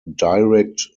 direct